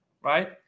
right